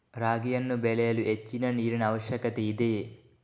ರಾಗಿಯನ್ನು ಬೆಳೆಯಲು ಹೆಚ್ಚಿನ ನೀರಿನ ಅವಶ್ಯಕತೆ ಇದೆಯೇ?